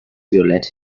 violett